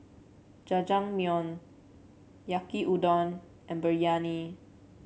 Jajangmyeon Yaki Udon and Biryani